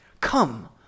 Come